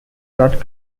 taught